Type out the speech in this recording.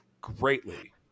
greatly